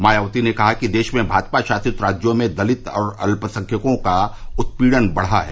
मायावती ने कहा कि देश में भाजपा शासित राज्यों में दलित और अल्पसंख्यकों का उत्पीड़न बढ़ा है